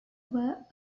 were